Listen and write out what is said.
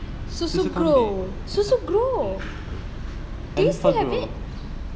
susu grow susu grow do you still have it